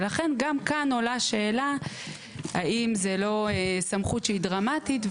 ולכן גם כאן עולה השאלה האם זה לא סמכות שהיא דרמטית,